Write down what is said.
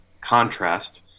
contrast